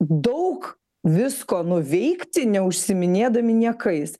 daug visko nuveikti neužsiiminėdami niekais